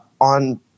on